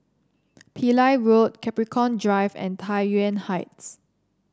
Pillai Road Capricorn Drive and Tai Yuan Heights